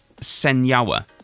Senyawa